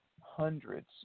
hundreds